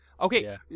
Okay